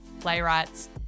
playwrights